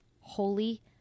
holy